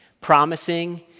Promising